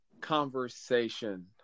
conversation